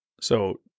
So-